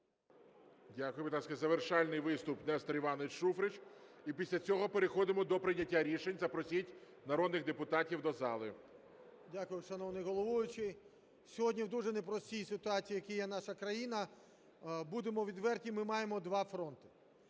Дякую. Будь ласка, завершальний виступ – Нестор Іванович Шуфрич. І після цього переходимо до прийняття рішень. Запросіть народних депутатів до зали. 14:30:38 ШУФРИЧ Н.І. Дякую, шановний головуючий. Сьогодні в дуже непростій ситуації, в якій є наша країна, будемо відверті, ми маємо два фронти.